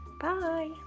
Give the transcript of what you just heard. Bye